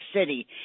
city